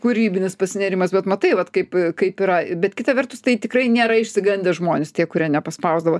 kūrybinis pasinėrimas bet matai vat kaip kaip yra bet kita vertus tai tikrai nėra išsigandę žmonės tie kurie nepaspausdavo